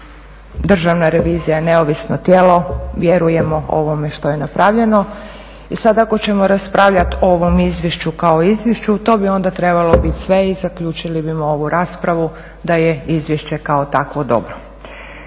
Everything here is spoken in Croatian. Državna revizija je neovisno tijelo, vjerujemo ovome što je napravljeno. I sad ako ćemo raspravljati o ovom izvješću kao izvješću to bi onda trebalo biti sve i zaključili bismo ovu raspravu da je izvješće kao takvo dobro.